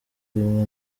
rimwe